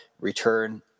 Return